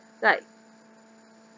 like